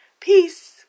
Peace